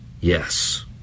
Yes